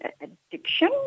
addiction